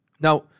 Now